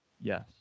Yes